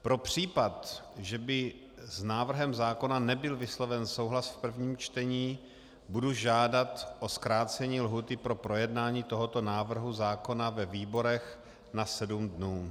Pro případ, že by s návrhem zákona nebyl vysloven souhlas v prvním čtení, budu žádat o zkrácení lhůty pro projednání tohoto návrhu zákona ve výborech na sedm dnů.